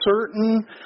certain